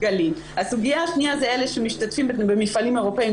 הסוגיה השנייה זה אלה שמשתתפים במפעלים אירופאיים,